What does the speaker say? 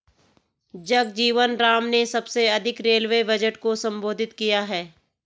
जगजीवन राम ने सबसे अधिक रेलवे बजट को संबोधित किया है